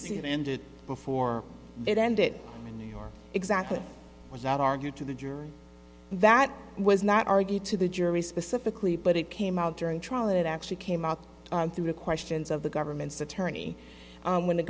see it ended before it ended in new york exactly was not argued to the jury that was not argued to the jury specifically but it came out during trial it actually came out through the questions of the government's attorney when the